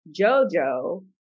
Jojo